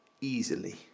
easily